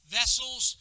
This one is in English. vessels